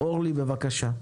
אורלי, בבקשה.